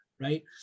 right